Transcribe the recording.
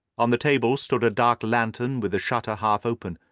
on the table stood a dark-lantern with the shutter half open,